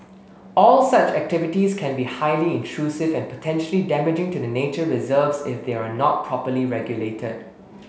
all such activities can be highly intrusive and potentially damaging to the nature reserves if they are not properly regulated